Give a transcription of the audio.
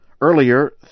Earlier